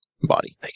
body